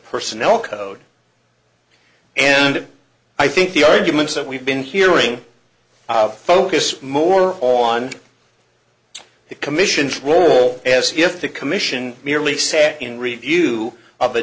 personnel code and i think the arguments that we've been hearing focused more on the commission's role as if the commission merely sat in review of a